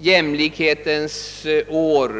jämlikhetens år.